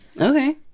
Okay